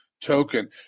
token